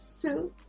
two